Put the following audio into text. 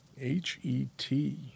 H-E-T